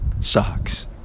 Socks